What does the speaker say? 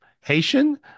haitian